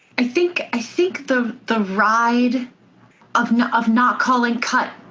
i think i think the the ride of not of not calling cut.